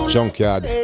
Junkyard